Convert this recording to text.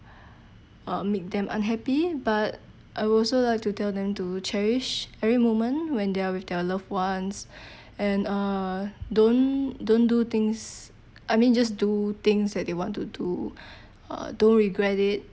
um make them unhappy but I will also like to tell them to cherish every moment when they're with their loved ones and uh don't don't do things I mean just do things that they want to do uh don't regret it